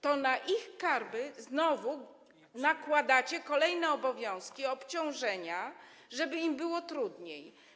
To na ich barki znowu nakładacie kolejne obowiązki, obciążenia, żeby im było trudniej.